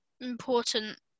important